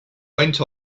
went